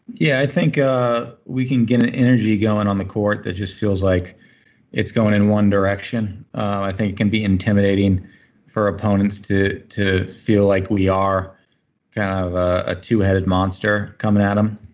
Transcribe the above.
yeah. i think we can get an energy going on the court that just feels like it's going in one direction, i think it can be intimidating for opponents to to feel like we are kind of a two-headed monster coming at them.